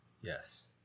Yes